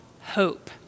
hope